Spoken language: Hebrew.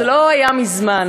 זה לא היה מזמן.